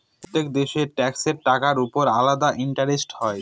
প্রত্যেক দেশের ট্যাক্সের টাকার উপর আলাদা ইন্টারেস্ট হয়